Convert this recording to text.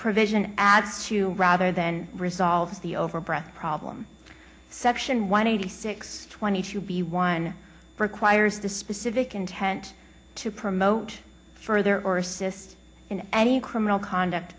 provision adds to rather than resolves the overbred problem section one eighty six twenty two b one requires the specific intent to promote further or assist in any criminal conduct